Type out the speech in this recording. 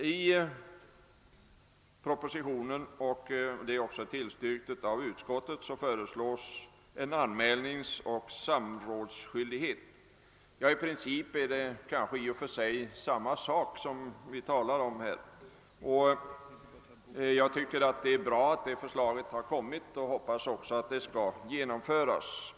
I propositionen föreslås — det är också tillstyrkt av utskottet — en anmälningsoch samrådsskyldighet. I princip är det kanske samma sak vi här talar om. Jag tycker att det är bra alt det förslaget har lagts fram, och jag hoppas att det också kommer att genomföras.